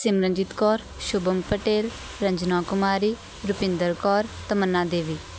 Simranjeet Kaur Shubham Patel Ranjana Kumari Rupinder Kaur Tamanna Devi